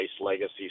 legacy